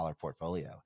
portfolio